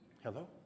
Hello